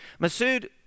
Masood